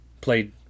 played